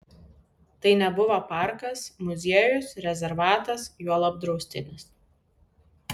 tai nebuvo parkas muziejus rezervatas juolab draustinis